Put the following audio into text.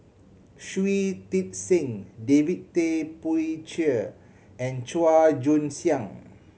Shui Tit Sing David Tay Poey Cher and Chua Joon Siang